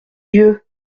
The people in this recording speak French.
vieux